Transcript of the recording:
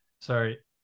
sorry